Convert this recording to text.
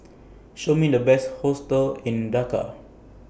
Show Me The Best Hostels in Dhaka